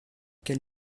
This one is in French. quel